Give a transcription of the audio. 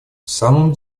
самом